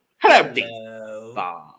Hello